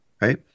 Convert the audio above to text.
right